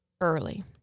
early